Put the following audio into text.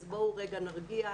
אז בואו רגע נרגיע.